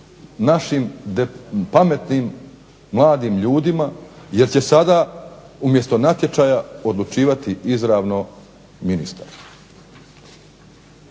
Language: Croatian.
našim pametnim mladim ljudima, jer će sada umjesto natječaja odlučivati izravno ministar.